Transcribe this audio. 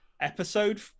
episode